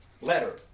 letter